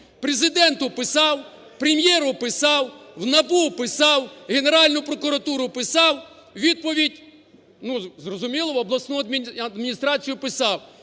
Президенту писав, Прем'єру писав, в НАБУ писав, в Генеральну прокуратуру писав, відповідь... Ну, зрозуміло, в обласну адміністрацію писав.